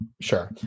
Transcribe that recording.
Sure